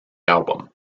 album